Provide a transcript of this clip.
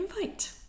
invite